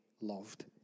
loved